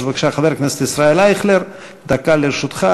אז בבקשה, חבר הכנסת ישראל אייכלר, דקה לרשותך.